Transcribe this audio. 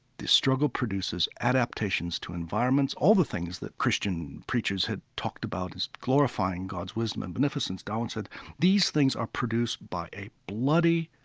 the struggle produces adaptations to environments. all the things that christian preachers had talked about as glorifying god's wisdom and beneficence, darwin said these things are produced by a bloody,